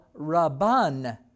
Rabban